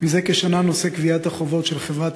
זה כשנה נושא גביית החובות של חברת